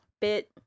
bit